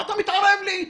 מה אתה מתערב לי?